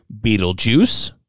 Beetlejuice